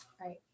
Right